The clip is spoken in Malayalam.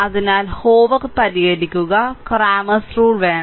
അതിനാൽ ഹോവർ പരിഹരിക്കുക ക്ലാമർസ് റൂൾ വേണം